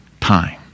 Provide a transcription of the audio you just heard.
time